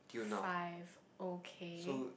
five okay